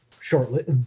Shortly